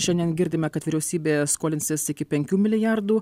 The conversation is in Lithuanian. šiandien girdime kad vyriausybė skolinsis iki penkių milijardų